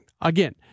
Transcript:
Again